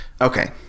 Okay